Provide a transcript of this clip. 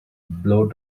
blow